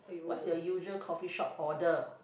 what's your usual coffee shop order